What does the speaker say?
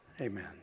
amen